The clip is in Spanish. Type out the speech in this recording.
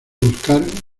buscar